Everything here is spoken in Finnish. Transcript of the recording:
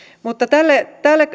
mutta tälle